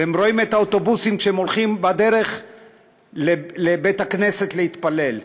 והם רואים את האוטובוסים כשהם הולכים בדרך לבית-הכנסת להתפלל,